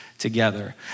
together